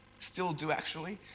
still do actually.